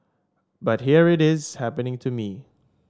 but here it is happening to me